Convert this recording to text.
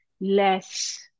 less